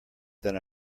than